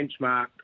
Benchmark